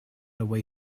away